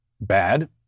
bad